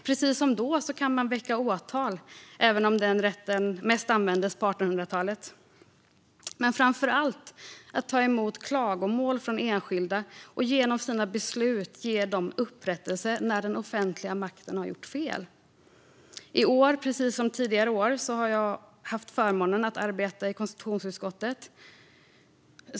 Precis som då kan man väcka åtal, även om den rätten mest användes på 1800-talet. Framför allt handlar det om att ta emot klagomål från enskilda och genom sina beslut ge dem upprättelse när den offentliga makten har gjort fel. I år precis som tidigare år har jag haft förmånen att arbeta i konstitutionsutskottet.